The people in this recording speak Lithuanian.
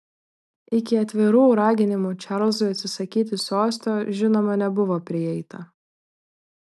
iki atvirų raginimų čarlzui atsisakyti sosto žinoma nebuvo prieita